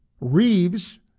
Reeves